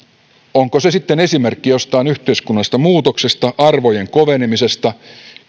onko se sitten esimerkki jostain yhteiskunnallisesta muutoksesta arvojen kovenemisesta